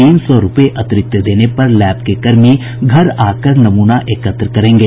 तीन सौ रूपये अतिरिक्त देने पर लैब के कर्मी घर आकर नमूना एकत्र करेंगे